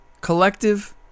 collective